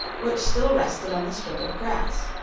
which still rested on the strip of grass.